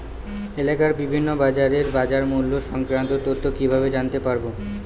এলাকার বিভিন্ন বাজারের বাজারমূল্য সংক্রান্ত তথ্য কিভাবে জানতে পারব?